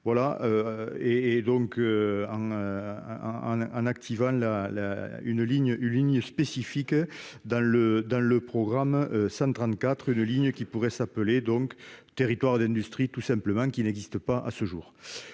la là une ligne, une ligne spécifique dans le dans le programme 134 une ligne qui pourrait s'appeler donc territoires d'industrie tout simplement qu'il n'existe pas, à ce jour,